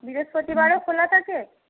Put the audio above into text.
বৃহস্পতিবারও খোলা থাকে